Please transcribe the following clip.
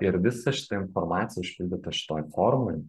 ir visa šita informacija užpildyta šitoj formoj